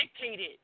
dictated